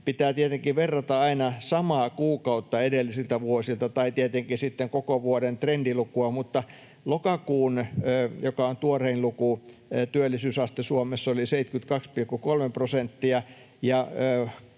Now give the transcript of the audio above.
verrata aina samaa kuukautta edellisiltä vuosilta tai tietenkin sitten koko vuoden trendilukua, mutta lokakuun, joka on tuorein luku, työllisyysaste Suomessa oli 72,3 prosenttia,